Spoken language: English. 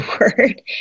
word